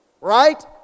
right